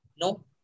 No